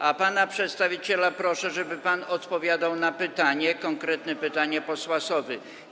A pana przedstawiciela proszę, żeby pan odpowiadał na pytanie, konkretne pytanie posła Sowy.